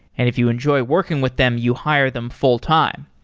if you enjoy working with them, you hire them full-time.